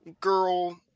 girl